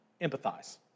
Empathize